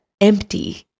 empty